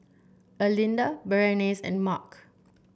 Erlinda Berenice and Mark